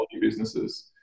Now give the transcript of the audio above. businesses